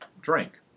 drink